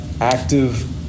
active